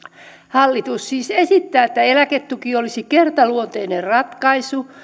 hallitus siis esittää että eläketuki olisi kertaluonteinen ratkaisu